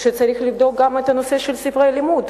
צריך לבדוק את התכנים של ספרי הלימוד,